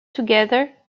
together